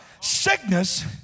Sickness